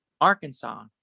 Arkansas